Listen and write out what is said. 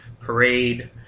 parade